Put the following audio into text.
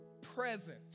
present